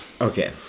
Okay